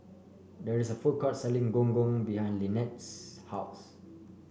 there is a food court selling Gong Gong behind Lynnette's house